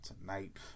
tonight